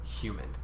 human